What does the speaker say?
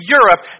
Europe